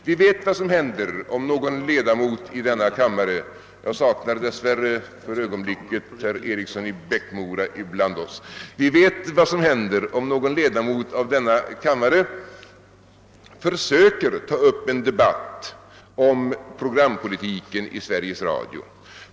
Vi vet vad som händer om någon ledamot av denna kammare — jag saknar dess värre för ögonblicket herr Eriksson i Bäckmora ibland oss — försöker ta upp en debatt om programpolitiken i Sveriges Radio.